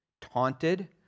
Taunted